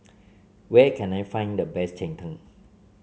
where can I find the best Cheng Tng